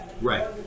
Right